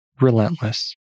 relentless